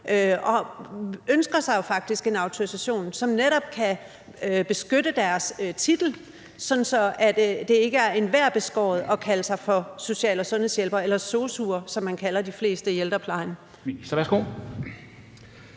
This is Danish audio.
de ønsker sig faktisk en autorisation, som netop kan beskytte deres titel, sådan at det ikke er enhver beskåret at kalde sig for social- og sundhedshjælpere eller sosu'er, som man kalder de fleste i ældreplejen.